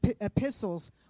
epistles